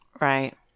right